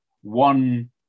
one